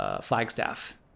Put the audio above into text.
Flagstaff